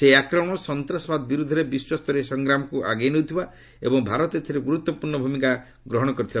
ସେହି ଆକ୍ରମଣ ସନ୍ତାସବାଦ ବିରୋଧରେ ବିଶ୍ୱସରୀୟ ସଂଗ୍ରାମକୁ ଆଗେଇ ନେଉଥିବା ଏବଂ ଭାରତ ଏଥିରେ ଗୁରୁତ୍ୱପୂର୍ଣ୍ଣ ଭୂମିକା ଗ୍ରହଣ କରିଥିଲା